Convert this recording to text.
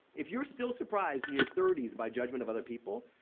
if you're still surprised in your thirty s by judgment of other people,